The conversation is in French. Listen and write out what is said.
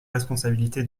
responsabilités